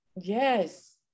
Yes